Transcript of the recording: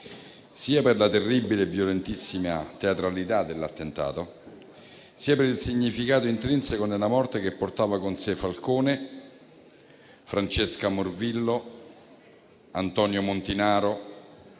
sia per la terribile e violentissima teatralità dell'attentato, sia per il significato intrinseco nella morte che ha portato via con sé Falcone, Francesca Morvillo, Antonio Montinaro,